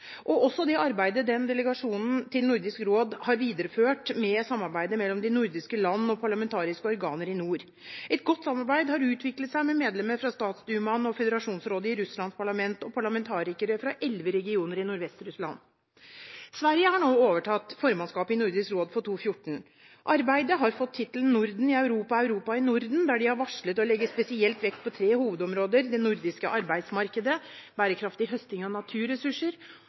også det arbeidet den delegasjonen til Nordisk råd har videreført med samarbeidet mellom de nordiske land og parlamentariske organer i nord. Et godt samarbeid har utviklet seg med medlemmer fra statsdumaen og Føderasjonsrådet i Russlands parlament og parlamentarikere fra elleve regioner i Nordvest-Russland. Sverige har nå overtatt formannskapet i Nordisk råd for 2014. Arbeidet har fått tittelen Norden i Europa – Europa i Norden, og de har der varslet spesielt å legge vekt på tre hovedområder: Det nordiske arbeidsmarkedet Bærekraftig høsting av naturressurser